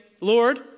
Lord